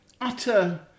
utter